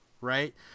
right